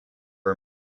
are